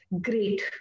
great